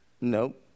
Nope